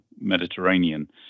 Mediterranean